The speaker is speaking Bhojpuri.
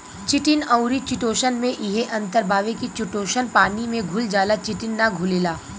चिटिन अउरी चिटोसन में इहे अंतर बावे की चिटोसन पानी में घुल जाला चिटिन ना घुलेला